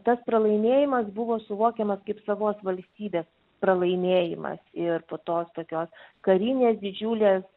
tas pralaimėjimas buvo suvokiamas kaip savos valstybės pralaimėjimas ir po tos tokios karinės didžiulės